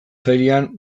ferian